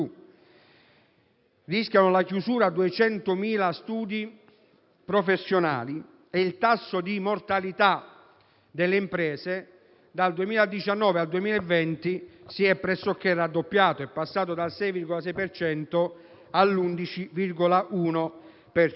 Rischiano la chiusura 200.000 studi professionali e il tasso di mortalità delle imprese dal 2019 al 2020 si è pressoché raddoppiato, passando dal 6,6 per